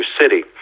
city